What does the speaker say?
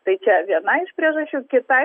tai čia viena iš priežasčių kita